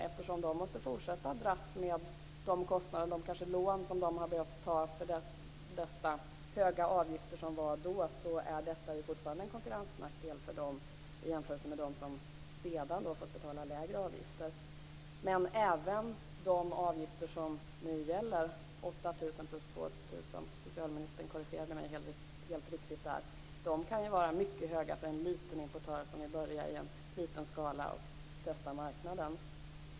Eftersom de måste fortsätta att dras med de kostnader och kanske lån som de har behövt ta för de höga avgifter som var då, är det fortfarande en konkurrensnackdel för dem jämfört med för dem som sedan fått betala lägre avgifter. Men även de avgifter som nu gäller, 8 000 plus 2 000 - socialministern korrigerade mig helt riktigt här - kan vara mycket höga för en liten importör som vill börja i liten skala för att testa marknaden.